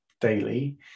daily